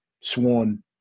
sworn